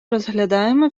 розглядаємо